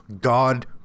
God